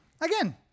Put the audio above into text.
again